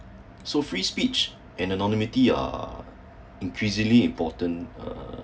so free speech and anonymity uh are increasingly important uh